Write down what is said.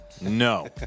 No